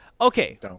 Okay